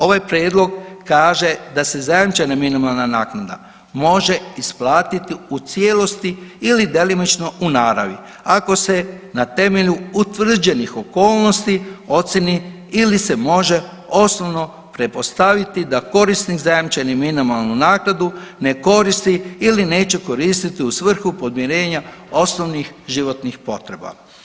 Ovaj prijedlog kaže da se zajamčena minimalna naknada može isplatiti u cijelosti ili djelomično u naravi ako se na temelju utvrđenih okolnosti ocijeni ili se može osnovno pretpostaviti da korisnik zajamčenu minimalnu naknadu ne koristi ili neće koristiti u svrhu podmirenja osnovnih životnih potreba.